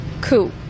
coup